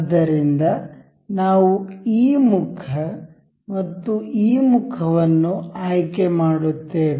ಆದ್ದರಿಂದ ನಾವು ಈ ಮುಖ ಮತ್ತು ಈ ಮುಖವನ್ನು ಆಯ್ಕೆ ಮಾಡುತ್ತೇವೆ